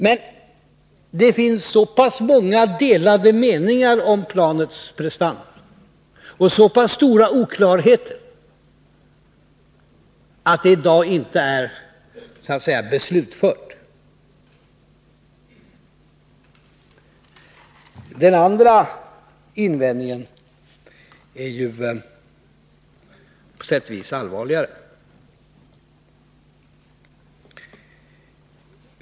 Men det finns så delade meningar om planets prestanda och så pass stora oklarheter, att det inte är så att säga beslutfört. Den andra invändningen är på sätt och viss allvarligare.